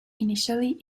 initially